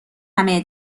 همه